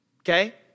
okay